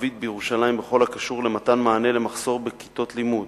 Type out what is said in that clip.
הערבית בירושלים בכל הקשור למתן מענה למחסור בכיתות לימוד.